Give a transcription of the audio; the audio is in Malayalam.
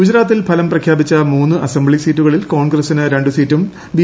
ഗുജറാത്തിൽ ഫലം പ്രഖ്യാപിച്ച മൂന്ന് അസംബ്ലി സീറ്റുകളിൽ കോൺഗ്രസിന് രണ്ട് സീറ്റും ബി